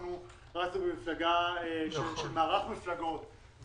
אנחנו רצנו במפלגה של מערך מפלגות,